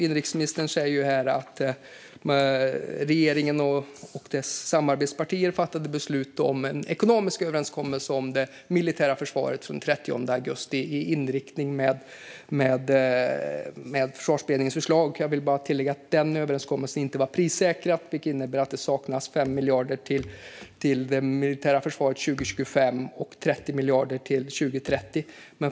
Inrikesministern sa här att regeringen och dess samarbetspartier den 30 augusti fattade beslut om en ekonomisk överenskommelse om det militära försvaret, i samma riktning som Försvarsberedningens förslag. Jag vill bara tillägga att denna överenskommelse inte var prissäkrad, vilket innebär att det saknas 5 miljarder till det militära försvaret till 2025 och 30 miljarder till 2030.